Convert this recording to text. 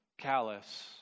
callous